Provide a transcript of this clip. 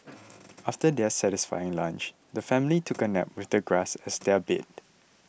after their satisfying lunch the family took a nap with the grass as their bed